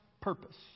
purpose